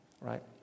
right